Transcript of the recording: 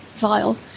vile